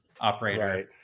operator